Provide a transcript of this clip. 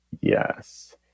yes